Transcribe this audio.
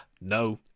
No